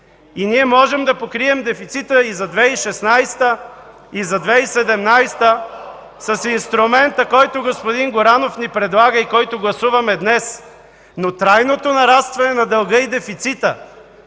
Ние можем да покрием дефицита и за 2016-а, и за 2017 г. с инструмента, който господин Горанов ни предлага и който гласуваме днес. Но трайното нарастване на дълга и дефицита